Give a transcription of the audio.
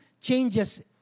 changes